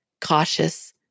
cautious